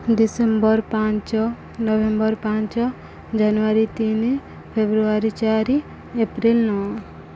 December ପାଞ୍ଚ November ପାଞ୍ଚ ଜାନୁଆରୀ ତିନି ଫେବୃଆରୀ ଚାରି ଏପ୍ରିଲ ନଅ